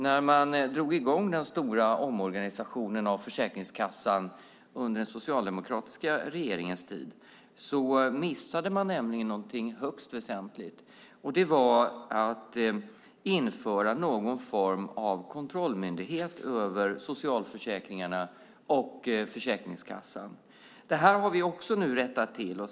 När man drog i gång den stora omorganisationen av Försäkringskassan under den socialdemokratiska regeringens tid missade man nämligen någonting högst väsentligt, och det var att införa någon form av kontrollmyndighet över socialförsäkringarna och Försäkringskassan. Det här har vi nu också rättat till.